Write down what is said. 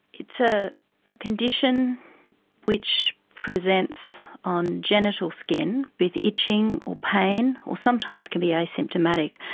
it's a a condition which presents on genital skin with itching or pain or sometimes can be asymptomatic,